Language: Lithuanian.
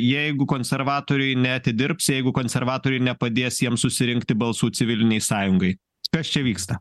jeigu konservatoriai neatidirbsi jeigu konservatoriai nepadės jiems susirinkti balsų civilinei sąjungai kas čia vyksta